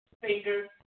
finger